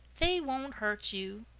they won't hurt you.